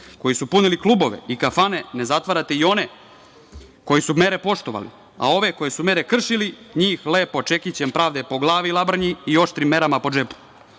koji su punili klubove i kafane ne zatvarate i one koji su mere poštovali, a ove koji su mere kršili njih lepo čekićem pravde po glavi, labrnji i oštrim merama po džepu.